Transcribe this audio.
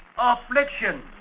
affliction